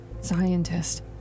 scientist